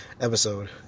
episode